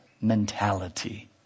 mentality